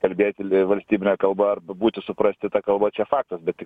kalbėti valstybine kalba arba būti suprasti ta kalba čia faktas bet